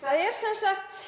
Það er sem sagt